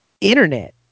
internet